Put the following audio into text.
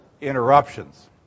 interruptions